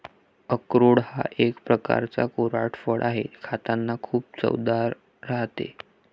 अक्रोड हा एक प्रकारचा कोरडा फळ आहे, खातांना खूप चवदार राहते